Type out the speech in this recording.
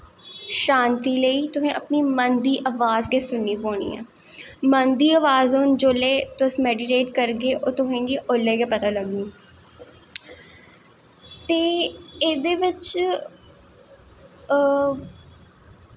शांति लेई तुसें अपने मन दी अवाज़ दी गै सुननी पौनी ऐ मन दी अवाज़ हून जोल्लै तुस मेडिटेट करगे ओह् तुसें गी ओल्लै गै पता लग्गनी ते एह्दे बिच